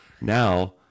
Now